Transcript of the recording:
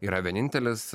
yra vienintelis